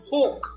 Hook